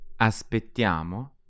Aspettiamo